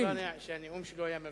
אמרתי לטלב אלסאנע שהנאום שלו היה מבריק.